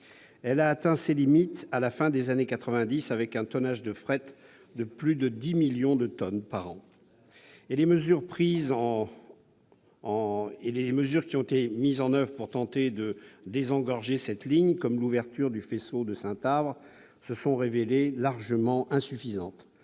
Elle a atteint ses limites à la fin des années quatre-vingt-dix avec un tonnage de fret de plus de dix millions de tonnes par an. Les mesures mises en oeuvre pour tenter de la désengorger, comme l'ouverture du faisceau de Saint-Avre, se sont révélées largement insuffisantes.